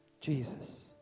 Jesus